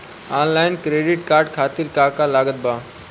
Online credit card खातिर का का लागत बा?